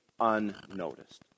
unnoticed